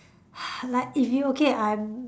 like if you okay I'm